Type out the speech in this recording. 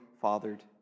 fathered